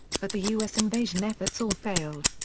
but the us invasion efforts all failed.